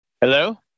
Hello